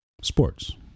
sports